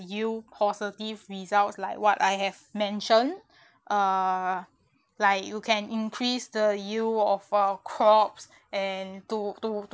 use positive results like what I have mentioned uh you can increase the use of corp and to